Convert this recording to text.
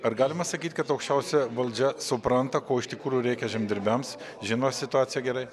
ar galima sakyt kad aukščiausia valdžia supranta ko iš tikrųjų reikia žemdirbiams žino situaciją gerai